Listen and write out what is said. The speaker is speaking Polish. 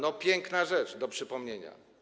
To piękna rzecz do przypomnienia.